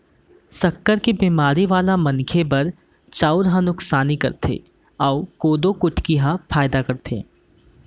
सक्कर के बेमारी वाला मनखे बर चउर ह नुकसानी करथे अउ कोदो कुटकी ह फायदा करथे